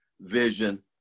vision